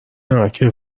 نمکه